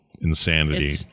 insanity